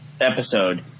episode